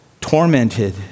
Tormented